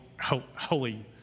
holy